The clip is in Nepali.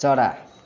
चरा